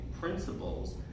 principles